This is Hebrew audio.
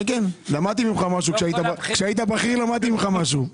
כן, כן, כשהיית בכיר למדתי ממך משהו.